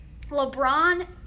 LeBron